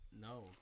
No